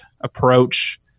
approach